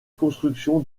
construction